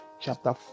chapter